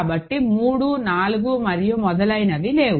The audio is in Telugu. కాబట్టి 3 4 మరియు మొదలైనవి లేవు